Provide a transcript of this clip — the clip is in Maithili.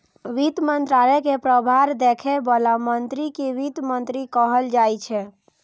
वित्त मंत्रालय के प्रभार देखै बला मंत्री कें वित्त मंत्री कहल जाइ छै